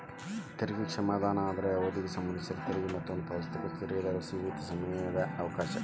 ತೆರಿಗೆ ಕ್ಷಮಾದಾನ ಅಂದ್ರ ಅವಧಿಗೆ ಸಂಬಂಧಿಸಿದಂಗ ತೆರಿಗೆ ಮೊತ್ತವನ್ನ ಪಾವತಿಸಕ ತೆರಿಗೆದಾರರ ಸೇಮಿತ ಸಮಯದ ಅವಕಾಶ